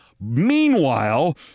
Meanwhile